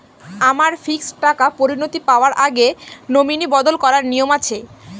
আমার ফিক্সড টাকা পরিনতি পাওয়ার আগে নমিনি বদল করার নিয়ম আছে?